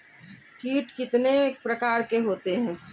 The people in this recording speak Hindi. कीट कितने प्रकार के होते हैं?